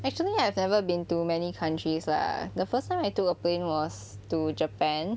actually I've never been to many countries lah the first time I took a plane was to japan